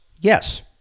Yes